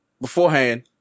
beforehand